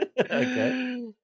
okay